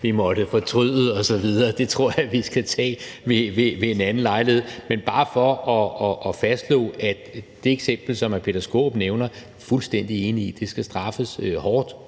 vi måtte fortryde osv. tror jeg vi skal tage ved en anden lejlighed. Men jeg vil bare fastslå, at det eksempel, som hr. Peter Skaarup nævner, er jeg fuldstændig enig i skal straffes hårdt,